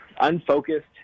unfocused